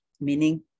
Meaning